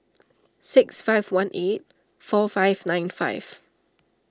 six five one eight four five nine five